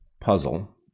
puzzle